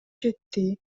жетти